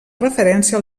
referència